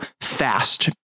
fast